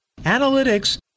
analytics